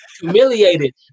humiliated